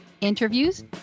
interviews